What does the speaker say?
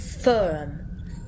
firm